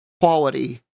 quality